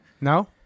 No